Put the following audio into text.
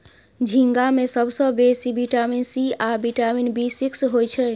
झींगा मे सबसँ बेसी बिटामिन सी आ बिटामिन बी सिक्स होइ छै